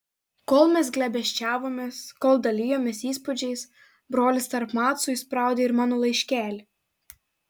kol mes glėbesčiavomės kol dalijomės įspūdžiais brolis tarp macų įspraudė ir mano laiškelį